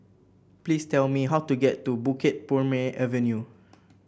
please tell me how to get to Bukit Purmei Avenue